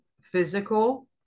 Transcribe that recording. physical